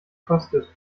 kostet